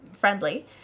friendly